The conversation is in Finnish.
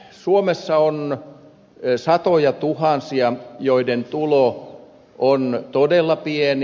suomessa on satojatuhansia joiden tulo on todella pieni